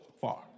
far